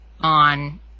on